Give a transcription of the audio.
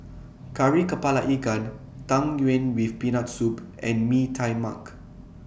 Kari Kepala Ikan Tang Yuen with Peanut Soup and Mee Tai Mak